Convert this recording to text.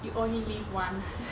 you only live once